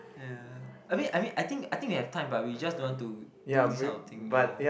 ya I mean I mean I think I think we have time but we just don't want to do this kind of thing anymore